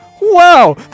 Wow